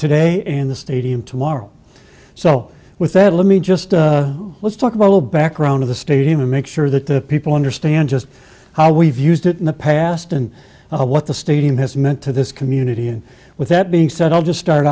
today in the stadium tomorrow so with that let me just let's talk about the background of the stadium and make sure that the people understand just how we've used it in the past and what the stadium has meant to this community and with that being said i'll just start